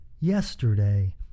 Yesterday